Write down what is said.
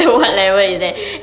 !wow! pro seh